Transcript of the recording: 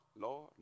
Lord